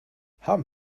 haben